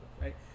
right